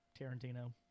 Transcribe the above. Tarantino